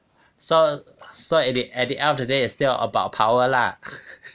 so so at the at the end of the day it's still about power lah